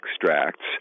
extracts